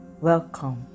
welcome